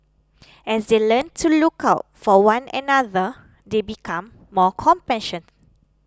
as they learn to look out for one another they become more compassion